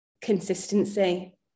consistency